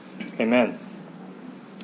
Amen